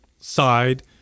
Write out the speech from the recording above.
side